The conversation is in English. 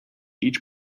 each